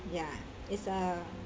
ya it's a